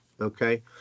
okay